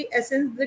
essence